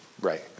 Right